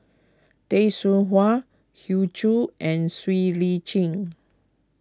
Tay Seow Huah Hoey Choo and Siow Lee Chin